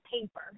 paper